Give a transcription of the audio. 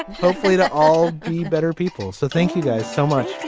hopefully they'll all be better people. so thank you guys so much.